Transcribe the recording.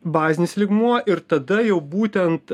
bazinis lygmuo ir tada jau būtent